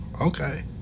Okay